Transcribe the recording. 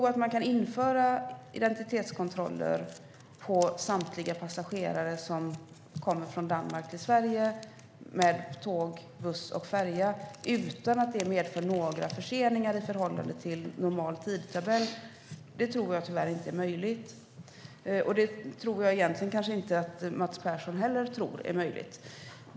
Att införa identitetskontroller på samtliga passagerare som kommer från Danmark till Sverige med tåg, buss och färja utan att det medför några förseningar i förhållande till normal tidtabell är tyvärr inte möjligt. Jag tror inte heller att Mats Persson tror att det är möjligt.